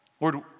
Lord